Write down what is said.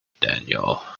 Daniel